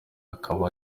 akaba